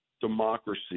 democracy